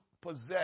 possess